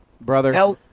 Brother